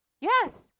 Yes